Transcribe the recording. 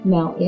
Now